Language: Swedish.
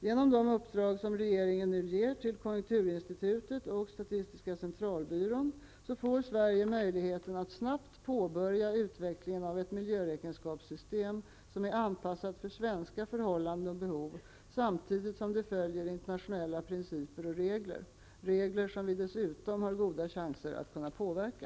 Genom de uppdrag regeringen nu ger till konjunkturinstitutet och SCB får Sverige möjligheten att snabbt påbörja utvecklingen av ett miljöräkenskapssystem, som är anpassat för svenska förhållanden och behov, samtidigt som det följer internationella principer och regler, regler som vi dessutom har goda chanser att kunna påverka.